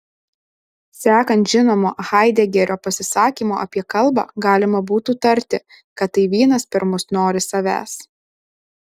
sekant žinomu haidegerio pasisakymu apie kalbą galima būtų tarti kad tai vynas per mus nori savęs